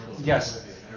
Yes